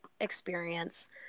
experience